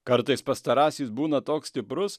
kartais pastarasis būna toks stiprus